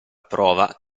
prova